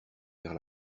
vers